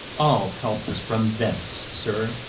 all help is from thence, sir,